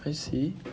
I see